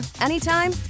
anytime